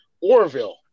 Orville